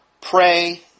pray